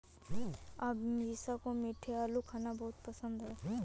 अमीषा को मीठे आलू खाना बहुत अधिक पसंद है